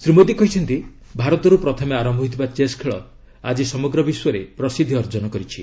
ଶ୍ରୀ ମୋଦୀ କହିଛନ୍ତି ଭାରତରୁ ପ୍ରଥମେ ଆରମ୍ଭ ହୋଇଥିବା ଚେସ୍ ଖେଳ ଆଜି ସମଗ୍ର ବିଶ୍ୱରେ ପ୍ରସିଦ୍ଧି ଅର୍ଜନ କରିଛି